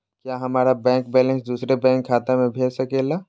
क्या हमारा bank balance दूसरे बैंक खाता में भेज सके ला?